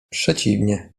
przeciwnie